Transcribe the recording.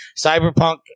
Cyberpunk